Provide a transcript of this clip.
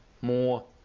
more